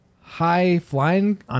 high-flying